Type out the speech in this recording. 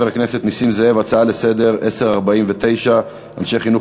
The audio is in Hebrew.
הצעה לסדר-היום בנושא: התנגדות אנשי חינוך